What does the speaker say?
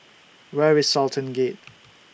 Where IS Sultan Gate